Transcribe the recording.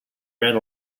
ran